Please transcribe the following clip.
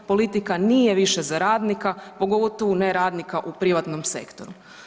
Politika nije više za radnika, pogotovo ne radnika u privatnom sektoru.